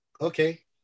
Okay